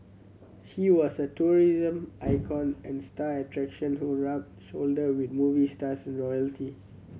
she was a tourism icon and star attraction who rubbed shoulder with movie stars and royalty